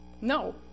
No